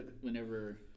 whenever